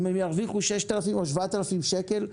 אם הם ירוויחו 6,000 או 7,000 שקלים,